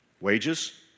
Wages